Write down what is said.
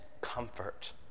comfort